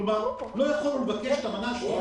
כלומר, לא יכול לבקש את המנה השנייה והשלישית.